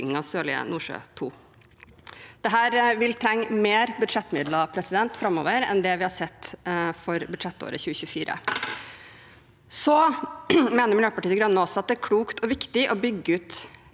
Sørlige Nordsjø II. Dette vil trenge mer budsjettmidler framover enn det vi har sett for budsjettåret 2024. Miljøpartiet De Grønne mener det er klokt og viktig å bygge ut